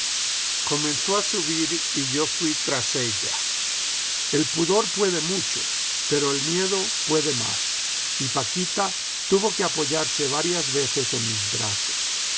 comenzó a subir y yo fui tras ella el pudor puede mucho pero el miedo puede más y paquita tuvo que apoyarse varias veces en mis brazos